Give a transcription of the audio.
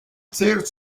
tire